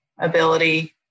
ability